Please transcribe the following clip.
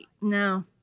no